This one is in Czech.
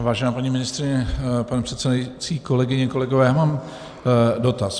Vážená paní ministryně, pane předsedající, kolegyně, kolegové, mám dotaz.